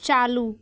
चालू